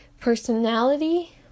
personality